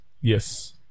Yes